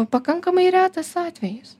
pakankamai retas atvejis